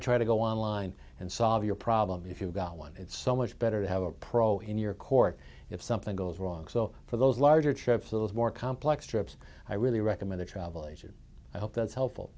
to try to go online and solve your problem if you've got one it's so much better to have a pro in your court if something goes wrong so for those larger trips those more complex trips i really recommend a travel agent that's helpful